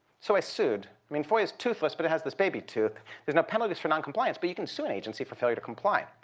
so i sued. sued. i mean, foia's toothless but it has this baby tooth. there's no penalties for noncompliance but you can sue an agency for failure to comply.